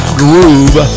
groove